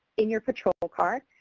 in your patrol car.